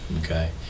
Okay